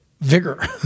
vigor